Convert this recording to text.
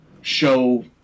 show